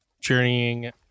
journeying